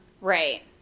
Right